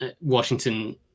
Washington